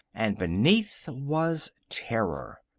and beneath was terror.